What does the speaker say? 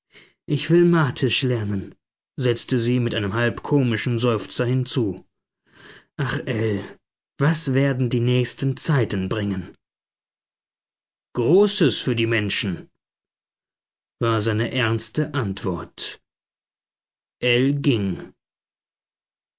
ich will martisch lernen setzte sie mit einem halb komischen seufzer hinzu ach ell was werden die nächsten zeiten bringen großes für die menschen war seine ernste antwort